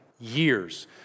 Years